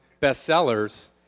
bestsellers